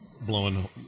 blowing